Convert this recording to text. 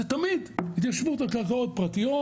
זה תמיד התיישבות על קרקעות פרטיות,